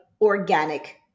organic